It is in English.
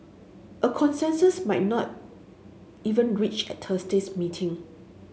a consensus might not even reached at Thursday's meeting